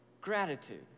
gratitude